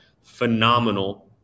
phenomenal